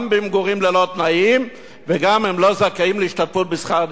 גם במגורים ללא תנאים וגם הם לא זכאים להשתתפות בשכר דירה.